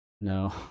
No